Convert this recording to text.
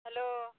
hello